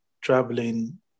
traveling